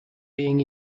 being